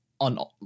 on